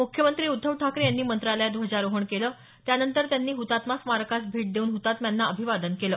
मुख्यमंत्री उद्धव ठाकरे यांनी मंत्रालयात ध्वजारोहण केलं त्यानंतर त्यांनी हतात्मा स्मारकास भेट देऊन हृतात्म्यांना अभिवादन केलं